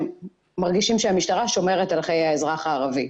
מרגישים שהמשטרה שומרת על חיי האזרח הערבי.